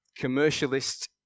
commercialist